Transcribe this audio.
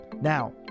Now